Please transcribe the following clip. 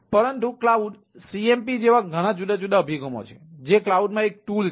પરંતુ cloud cmp જેવા ઘણા જુદા જુદા અભિગમો છે જે કલાઉડમાં એક ટૂલ છે